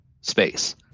space